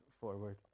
forward